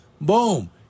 Boom